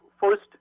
First